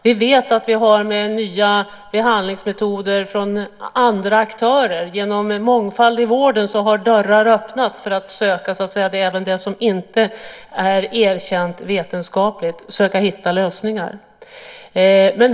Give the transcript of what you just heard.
Vi har fått nya behandlingsmetoder genom andra aktörer, och genom mångfalden i vården har dörrar öppnats för att kunna söka och hitta lösningar även inom det som inte är vetenskapligt erkänt.